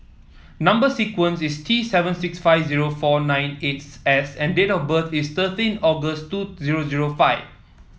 number sequence is T seven six five zero four nine eight S and date of birth is thirteen August two zero zero five